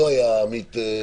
עמית,